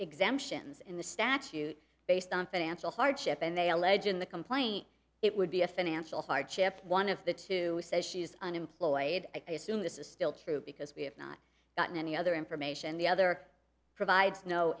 exemptions in the statute based on financial hardship and they allege in the complaint it would be a financial hardship one of the two says she is unemployed and i assume this is still true because we have not gotten any other information the other provides no